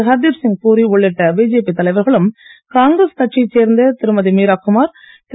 ஹர்தீப் சிங் பூரி உள்ளிட்ட பிஜேபி தலைவர்களும் காங்கிரஸ் கட்சியைச் சேர்ந்த திருமதி மீராகுமார் திரு